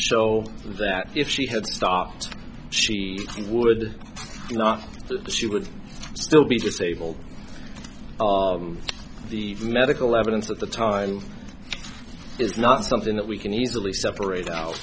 show that if she had stopped she would not she would still be disabled the medical evidence at the time is not something that we can easily separate out